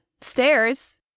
stairs